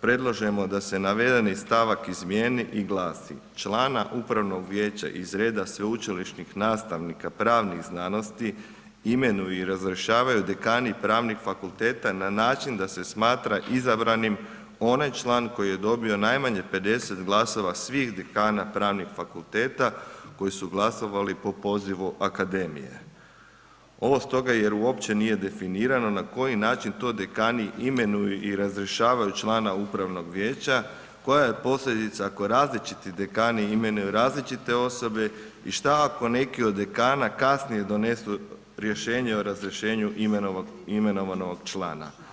predlažemo da se navedeni stavak izmijeni i glasi: „člana upravnog vijeća iz reda sveučilišnih nastavnika pravnih znanosti imenuju i razrješavaju dekani pravnih fakulteta na način da se smatra izabranim onaj član koji je dobio najmanje 50 glasova svih dekana pravnih fakulteta koji su glasovali po pozivu akademije.“ Ovo stoga jer uopće nije definirano na koji način to dekani imenuju i razrješavaju člana upravnog vijeća, koja je posljedica ako različiti dekani imenuju različite osobe i šta ako neki od dekana kasnije donesu rješenje o razrješenju imenovanog člana.